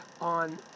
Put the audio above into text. on